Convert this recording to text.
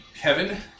Kevin